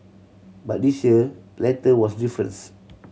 but this year letter was difference